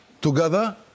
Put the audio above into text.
together